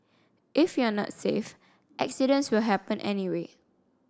if you're not safe accidents will happen anyway